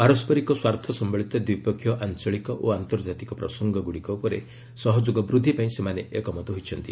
ପାରସ୍କରିକ ସ୍ୱାର୍ଥ ସମ୍ଭଳିତ ଦ୍ୱିପକ୍ଷିୟ ଆଞ୍ଚଳିକ ଓ ଆନ୍ତର୍ଜାତିକ ପ୍ରସଙ୍ଗଗୁଡ଼ିକ ଉପରେ ସହଯୋଗ ବୃଦ୍ଧି ପାଇଁ ସେମାନେ ଏକମତ ହୋଇଛନ୍ତି